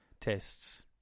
tests